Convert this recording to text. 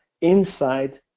Inside